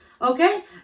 Okay